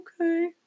okay